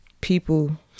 people